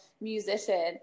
musician